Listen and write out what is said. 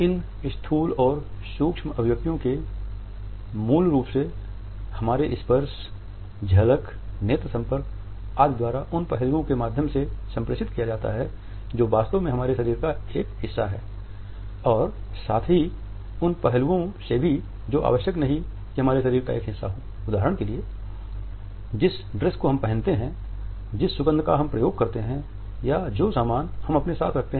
कुछ संस्कृतियाँ हैं जिनमें किसी प्रकार की गंध पहनना लगभग अनिवार्य है कुछ संस्कृतियाँ हैं जिनमें विशेष रूप से बदबू आती है जिसे हम अपने शरीर पर पहनते हैं